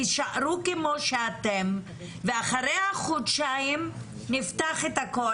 תישארו כמו שאתם ואחרי החודשיים נפתח את הכול.